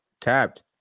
tapped